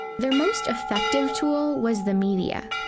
their most effective tool was the media.